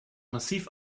massiv